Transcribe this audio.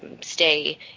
stay